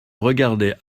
regardai